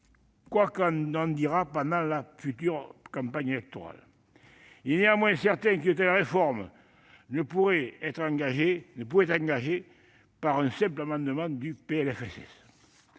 quoi qu'on en dise pendant la prochaine campagne électorale. Il est néanmoins certain qu'une telle réforme ne pouvait être engagée par le biais d'un simple amendement au PLFSS.